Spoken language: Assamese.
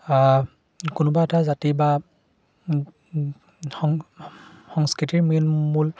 কোনোবা এটা জাতি বা সংস্কৃতিৰ মেইন মূল